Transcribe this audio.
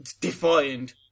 defined